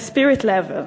The Spirit Level,